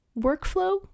workflow